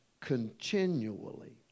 continually